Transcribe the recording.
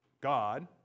God